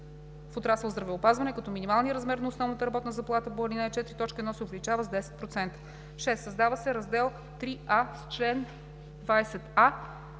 в отрасъл „Здравеопазване“, като минималният размер на основната работна заплата по ал. 4, т. 1 се увеличава с 10%.“ 6. Създава се Раздел ІІІа с чл. 20а